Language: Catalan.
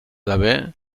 haver